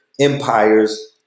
empires